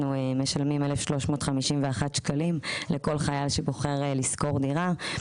אנחנו משלמים 1,351 שקלים לכל חייל שבוחר לשכור דירה.